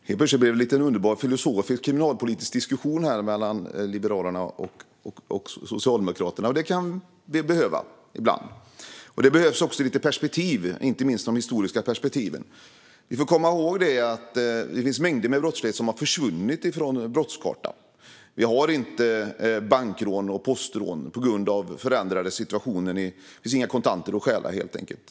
Herr talman! Helt plötsligt blev det en liten underbar, filosofisk kriminalpolitisk diskussion här mellan Liberalerna och Socialdemokraterna. Det kan vi behöva ibland. Det behövs också lite perspektiv, inte minst historiska. Vi får komma ihåg att mängder av brottslighet har försvunnit från brottskartan. Vi har inte bank eller postrån längre på grund av den förändrade situationen; det finns inga kontanter att stjäla, helt enkelt.